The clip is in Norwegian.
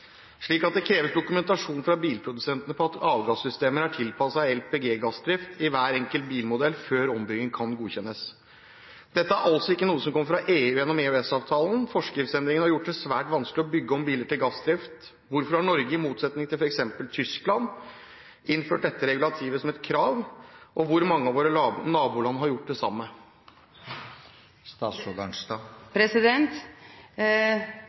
slik at det kreves dokumentasjon fra bilprodusentene på at avgassystemet er tilpasset LPG-gassdrift i hver enkelt bilmodell før ombygging kan godkjennes. Dette er altså ikke noe som kommer fra EU gjennom EØS-avtalen. Forskriftsendringen har gjort det svært vanskelig å bygge om biler til gassdrift. Hvorfor har Norge i motsetning til for eksempel Tyskland innført dette regulativet som et krav, og hvor mange av våre naboland har gjort det samme?»